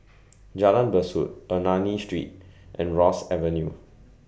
Jalan Besut Ernani Street and Ross Avenue